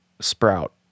Sprout